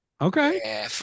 okay